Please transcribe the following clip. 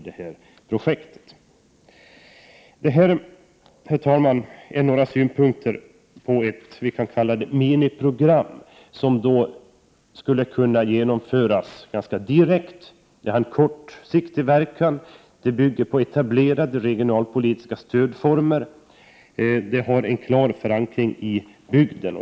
Det här är, herr talman, några synpunkter på ett låt oss säga miniprogram som jag tycker skulle kunna genomföras ganska direkt. Det har en kortsiktig verkan, bygger på etablerade regionalpolitiska stödformer och har en klar förankring i bygden.